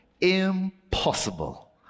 impossible